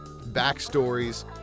backstories